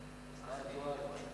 ההצעה להעביר את הנושא לוועדת